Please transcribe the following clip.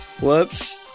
Whoops